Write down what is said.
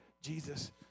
Jesus